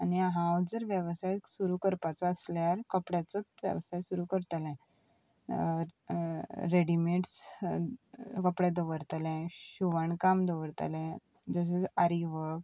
आनी हांव जर वेवसाय सुरू करपाचो आसल्यार कपड्याचोच वेवसाय सुरू करतलें रेडीमेड्स कपडे दवरतलें शिवणकाम दवरतलें जशें आरी वर्क